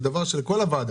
זה דבר של כל הוועדה.